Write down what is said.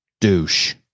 Douche